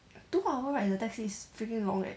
two hour ride the taxi is freaking long eh